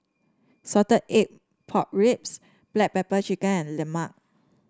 Salted Egg Pork Ribs Black Pepper Chicken and lemang